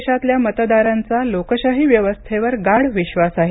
देशातल्या मतदारांचा लोकशाही व्यवस्थेवर गाढ विश्वास आहे